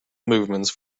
movements